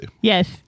Yes